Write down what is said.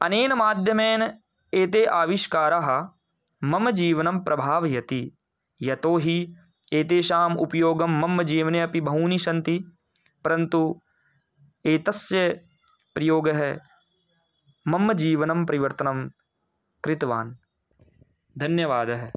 अनेन माध्यमेन एते आविष्काराः मम जीवनं प्रभावयति यतोहि एतेषाम् उपयोगं मम जीवने अपि बहूनि सन्ति परन्तु एतस्य प्रयोगः मम जीवनं परिवर्तनं कृतवान् धन्यवादः